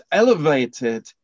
elevated